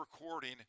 recording